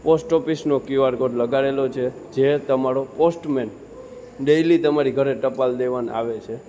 post ઓફિસનો QR code લગાડેલો છે જે તમારો પોસ્ટમેન ડેઈલિ તમારી ઘરે ટપાલ દેવાને આવે છે